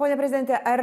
pone prezidente ar